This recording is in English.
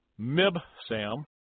Mibsam